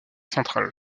centrale